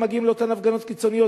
מגיעים לאותן הפגנות קיצוניות,